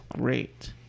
great